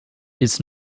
its